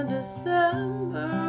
December